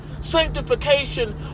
sanctification